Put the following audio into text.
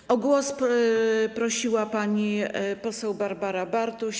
Aha, o głos prosiła pani poseł Barbara Bartuś.